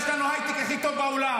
יש לנו הייטק הכי טוב בעולם.